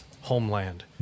homeland